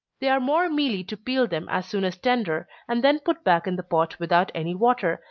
they are more mealy to peel them as soon as tender, and then put back in the pot without any water,